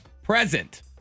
Present